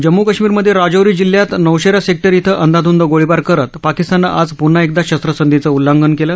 जम्मू काश्मीरमधे राजौरी जिल्ह्यात नौशेरा सेक्टर इथं अंदाध्ंद गोळीबार करत पाकिस्ताननं आज प्न्हा एकदा शस्त्रसंधीचं उल्लंघन केलं